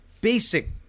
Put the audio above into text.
basic